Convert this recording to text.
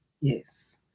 yes